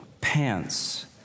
pants